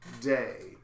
day